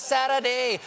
Saturday